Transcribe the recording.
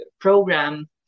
program